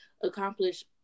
accomplish